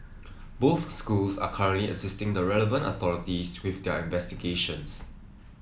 both schools are currently assisting the relevant authorities with their investigations